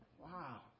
Wow